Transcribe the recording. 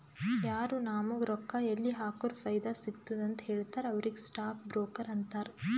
ಯಾರು ನಾಮುಗ್ ರೊಕ್ಕಾ ಎಲ್ಲಿ ಹಾಕುರ ಫೈದಾ ಸಿಗ್ತುದ ಅಂತ್ ಹೇಳ್ತಾರ ಅವ್ರಿಗ ಸ್ಟಾಕ್ ಬ್ರೋಕರ್ ಅಂತಾರ